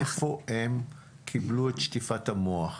איפה הם קיבלו את שטיפת המוח?